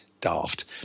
daft